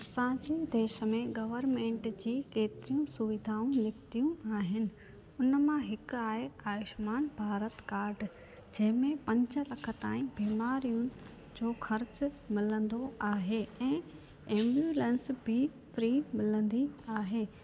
असांजे देश में गवरमेंट जी केतिरियूं सुविधाऊं निकितियूं आहिनि उन मां हिकु आहे आयुष्मान भारत काड जंहिंमें पंज लख ताईं बीमारियूं जो ख़र्चु मिलंदो आहे ऐं एम्बूलेंस बि फ्री मिलंदी आहे